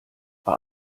bei